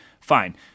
Fine